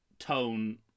tone